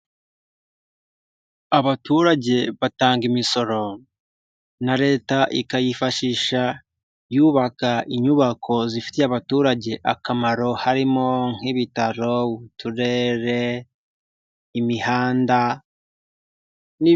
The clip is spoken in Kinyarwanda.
Abaturage batanga imisoro na leta ikayifashisha yubaka inyubako zifitiye abaturage akamaro harimo nk'ibitaro, Uturere, imihanda n'ibindi.